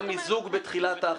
היה מיזוג שבוצע.